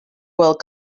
world